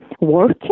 work